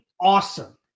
Awesome